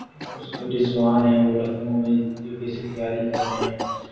اس رضوان ہیں وہ لکھنؤ میں یو پی ایس سی کی تیار کر رہے ہیں